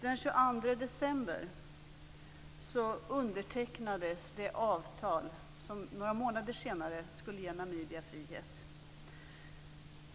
Den 22 december undertecknades det avtal som några månader senare skulle ge Namibia frihet.